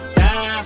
die